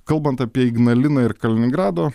kalbant apie ignaliną ir kaliningrado